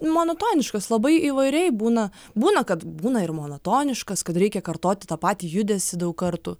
monotoniškas labai įvairiai būna būna kad būna ir monotoniškas kad reikia kartoti tą patį judesį daug kartų